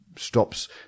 stops